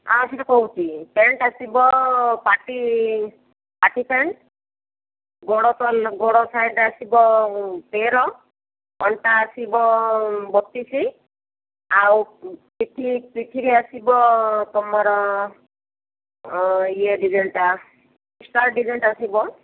ଆଉ ଥରେ କହୁଛି ପ୍ୟାଣ୍ଟ୍ ଆସିବ ପାର୍ଟି ଥାର୍ଟି ପ୍ୟାଣ୍ଟ୍ ଗୋଡ଼ ଗୋଡ଼ ସାଇଜ୍ ଆସିବ ତେର ଅଣ୍ଟା ଆସିବ ବତିଶି ଆଉ ପିଠି ପିଠିରେ ଆସିବ ତୁମର ଇଏ ଡିଜାଇନ୍ଟା ଷ୍ଟାର୍ ଡିଜାଇନ୍ଟା ଆସିବ